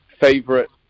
favorite